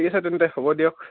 ঠিক আছে তেন্তে হ'ব দিয়ক